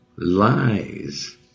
Lies